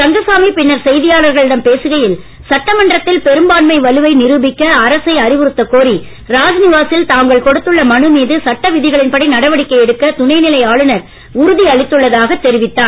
ரங்கசாமி பின்னர் செய்தியாளர்களிடம் பேசுகையில் சட்டமன்றத்தில் பெரும்பான்மை வலுவை நிரூபிக்க அரசு அறிவுறுத்தக் கோரி ராஜ்நிவா சில் தாங்கள் கொடுத்துள்ள மனு மீது சட்ட விதிகளின் படி நடவடிக்கை எடுக்க துணைநிலை ஆளுனர் உறுதி அளித்துள்ளதாகத் தெரிவித்தார்